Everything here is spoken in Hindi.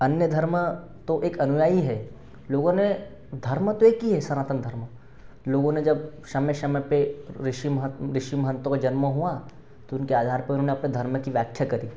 अन्य धर्म तो एक अनुयाई है लोगो ने धर्म तो एक ही है सनातन धर्म लोगों ने जब समय समय पर ऋषि महन ऋषि महंतो का जन्म हुआ तो उनके आधार पर उन्होंने अपने धर्म की व्याख्या करी